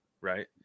right